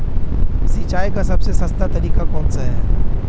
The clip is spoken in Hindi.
सिंचाई का सबसे सस्ता तरीका कौन सा है?